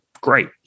great